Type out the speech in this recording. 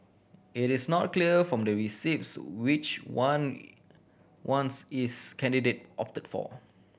it is not clear from the receipts which one ones each candidate opted for